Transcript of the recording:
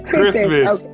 Christmas